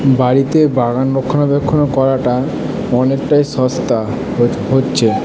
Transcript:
বাড়িতে বাগান রক্ষণাবেক্ষণও করাটা অনেকটাই সস্তা হচ্ছে